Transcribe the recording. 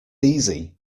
easy